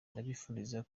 ndabifuriza